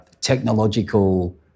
technological